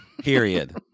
Period